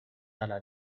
dalla